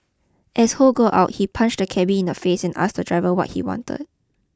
as Ho got out he punched the cabby in the face and asked the driver what he wanted